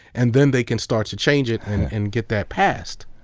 and then they can start to change it and get that passed.